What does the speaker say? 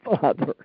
father